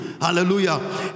hallelujah